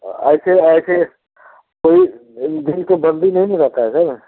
अच्छा ऐसी दिन को बंदी नहीं न रहता है सर